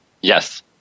Yes